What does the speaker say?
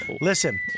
Listen